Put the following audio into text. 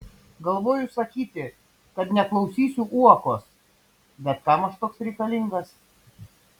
galvoju sakyti kad neklausysiu uokos bet kam aš toks reikalingas